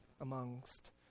amongst